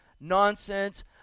nonsense